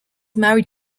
married